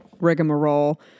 rigmarole